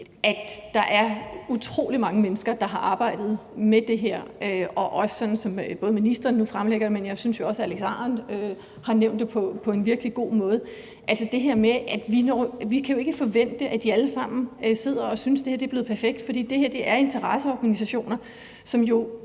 at der er utrolig mange mennesker, der har arbejdet med det her, sådan som ministeren nu fremlægger det, og jeg synes også, at hr. Alex Ahrendtsen har sagt det på en virkelig god måde, nemlig det her med, at vi ikke kan forvente, at de alle sammen sidder og synes, at det her er blevet perfekt, for det her er interesseorganisationer, som jo